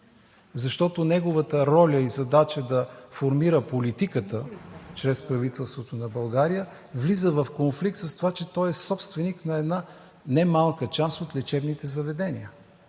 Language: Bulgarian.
защото неговата роля и задача да формира политиката чрез правителството на България влиза в конфликт с това, че той е собственик на една немалка част от лечебните заведения.